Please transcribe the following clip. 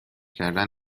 کردن